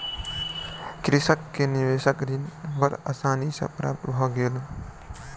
कृषक के निवेशक ऋण बड़ आसानी सॅ प्राप्त भ गेल